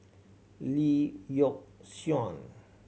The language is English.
Lee Yock Suan